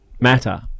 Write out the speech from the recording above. matter